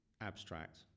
abstract